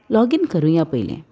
login करुया पयलें